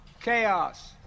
chaos